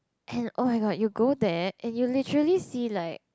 and oh-my-god you go there and you literally see like